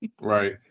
Right